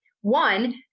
One